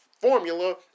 formula